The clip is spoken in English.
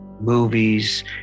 Movies